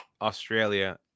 Australia